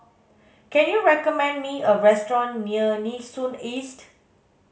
can you recommend me a restaurant near Nee Soon East